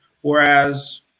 Whereas